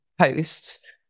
posts